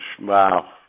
wow